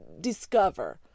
discover